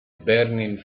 burning